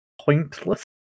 pointless